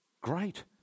great